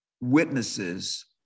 witnesses